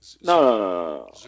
No